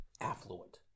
affluent